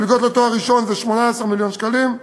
המלגות לתואר הראשון זה 18 מיליון שקלים.